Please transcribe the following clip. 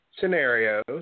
scenarios